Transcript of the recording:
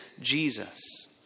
Jesus